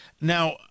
now